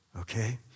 okay